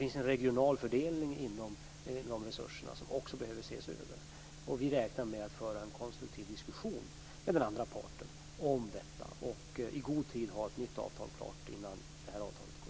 Också den regionala fördelningen av de resurserna behöver ses över. Vi räknar med att föra en konstruktiv diskussion med den andra parten om detta och med att ha ett nytt avtal klart i god tid innan det här avtalet går ut.